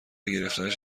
گرفتنش